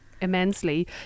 immensely